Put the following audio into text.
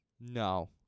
No